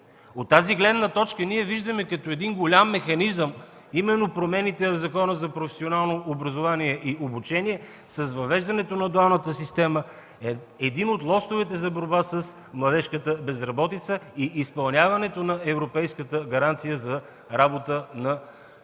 От тази гледна точка виждаме като голям механизъм именно промените в Закона за професионално образование и обучение с въвеждането на дуалната система – един от лостовете за борба с младежката безработица и изпълняването на европейската гаранция за работа на младите